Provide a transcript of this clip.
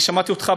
שמעתי אותך,